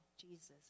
Jesus